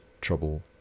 trouble